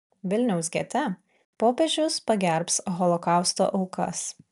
vilniaus gete popiežius pagerbs holokausto aukas